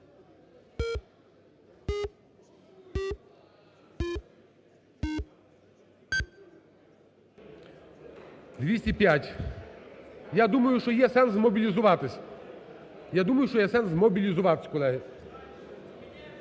За-205 Я думаю, що є сенс змобілізуватись. Я думаю, що є сенс змобілізуватись, колеги.